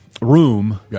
room